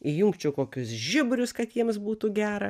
įjungčiau kokius žiburius kad jiems būtų gera